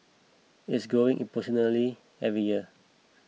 it's growing exponentially every year